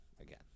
again